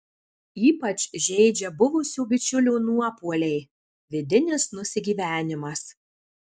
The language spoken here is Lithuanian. ypač žeidžia buvusių bičiulių nuopuoliai vidinis nusigyvenimas